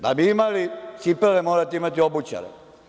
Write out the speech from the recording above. Da bi imali cipele, morate imati obućara.